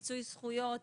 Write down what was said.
מיצוי זכויות,